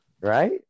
right